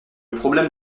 problème